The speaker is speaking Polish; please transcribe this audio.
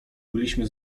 byliśmy